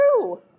true